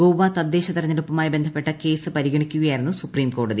ഗോവ തദ്ദേശ തെരഞ്ഞെടുപ്പുമായി ബന്ധപ്പെട്ട കേസ് പരിഗണിക്കുകയായിരുന്നു സുപ്രീംകോടതി